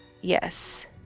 Yes